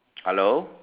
hello